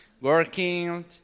working